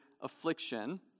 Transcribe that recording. affliction